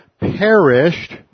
perished